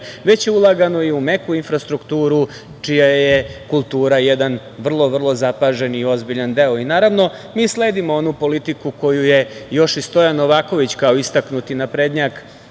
već je ulagano i u meku infrastrukturu, čija je kultura jedan vrlo, vrlo zapažen i ozbiljan deo. Naravno, mi sledimo onu politiku koju je još i Stojan Novaković kao istaknuti naprednjak,